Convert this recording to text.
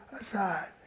aside